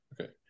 okay